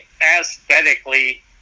aesthetically